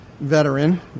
veteran